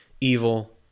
evil